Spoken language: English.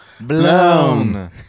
Blown